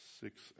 six